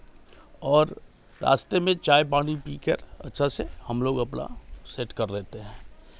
और रास्ते में चाय पानी पी कर अच्छा सा हम लोग अपना सेट कर लेते हैं